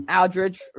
Aldridge